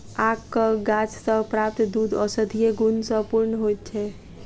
आकक गाछ सॅ प्राप्त दूध औषधीय गुण सॅ पूर्ण होइत छै